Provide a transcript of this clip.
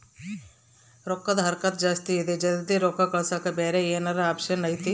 ರೊಕ್ಕದ ಹರಕತ್ತ ಜಾಸ್ತಿ ಇದೆ ಜಲ್ದಿ ರೊಕ್ಕ ಕಳಸಕ್ಕೆ ಏನಾರ ಬ್ಯಾರೆ ಆಪ್ಷನ್ ಐತಿ?